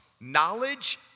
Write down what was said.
Knowledge